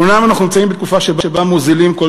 אומנם אנחנו נמצאים בתקופה שבה מוזילים כל